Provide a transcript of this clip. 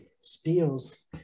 steals